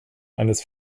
eines